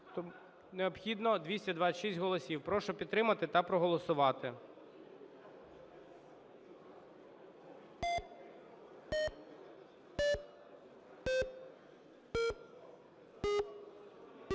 Необхідно 226 голосів. Прошу підтримати та проголосувати.